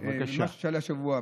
משהו שעלה השבוע.